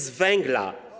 z węgla.